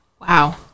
Wow